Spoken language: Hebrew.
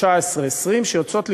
19, 20, שיוצאות לאירועים,